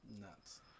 Nuts